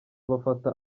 bafata